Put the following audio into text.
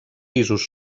pisos